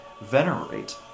venerate